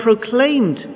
proclaimed